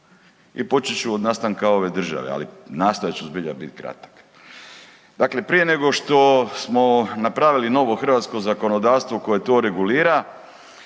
i počet ću od nastanka ove države, ali nastojat ću zbilja bit kratak. Dakle, prije nego što smo napravili novo hrvatsko zakonodavstvo koje to regulira